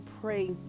pray